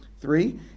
Three